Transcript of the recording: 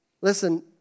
Listen